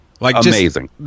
Amazing